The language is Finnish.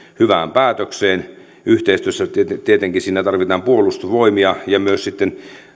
hyvään päätökseen yhteistyössä tietenkin siinä tarvitaan puolustusvoimia ja myös sitten